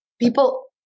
People